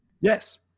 Yes